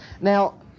Now